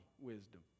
wisdom